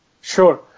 Sure